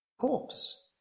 corpse